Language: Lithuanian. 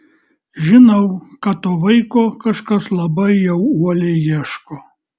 žinau kad to vaiko kažkas labai jau uoliai ieško